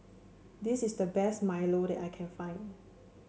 this is the best Milo that I can find